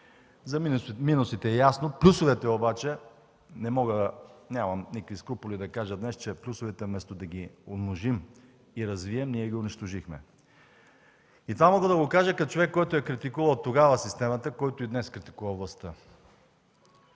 За минусите е ясно. Нямам никакви скрупули да кажа днес, че плюсовете вместо да ги умножим и развием, ние ги унищожихме. Това мога да го кажа като човек, който е критикувал тогава системата, който и днес критикува властта.